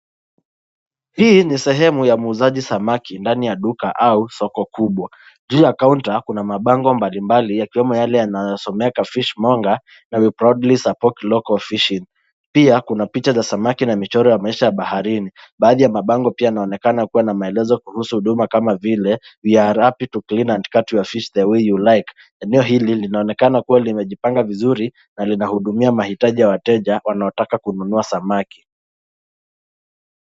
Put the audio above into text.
Hii ni sehemu ya muuzaji samaki ndani ya duka au soko kubwa. Juu ya kaunta kuna mabango mbalimbali yakiwemo yale yanayosomeka fish monger na we proudly support local fishing . Pia kuna picha za samaki na michoro ya maisha ya baharini. Baadhi ya mabango pia yanaonekana kuwa na maelezo kuhusu huduma kama vile we are happy to clean and cut your fish the way you like . Eneo hili linaonekana kuwa limejipanga vizuri na linahudumia mahitaji ya wateja na wanaotaka kununua samaki.